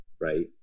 right